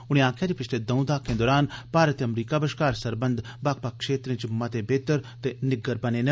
उनें आक्खेआ जे पिछले द'ऊं दहाकें दौरान भारत ते अमरीका बष्कार सरबंध बक्ख बक्ख क्षेत्रें च मते बेह्तर ते निग्गर बने न